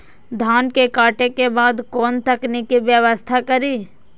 धान के काटे के बाद कोन तकनीकी व्यवस्था करी?